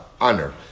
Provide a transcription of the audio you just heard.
honor